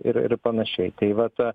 ir ir panašiai tai va ta